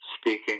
speaking